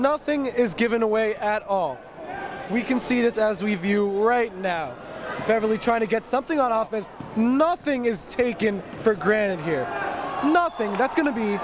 nothing is given away at all we can see this as we view right now they're really trying to get something off as nothing is taken for granted here nothing that's going to be